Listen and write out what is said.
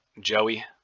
Joey